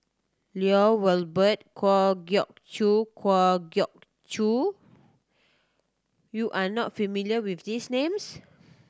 Lloy Valberg Kwa Geok Choo Kwa Geok Choo you are not familiar with these names